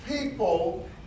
people